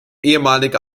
ehemalige